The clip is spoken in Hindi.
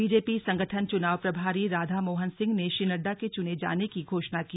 बीजेपी संगठन चुनाव प्रभारी राधामोहन सिंह ने श्री नड्डा के चुने जाने की घोषणा की